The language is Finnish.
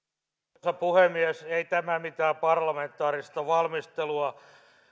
arvoisa puhemies ei tämä mitään parlamentaarista valmistelua